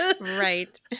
Right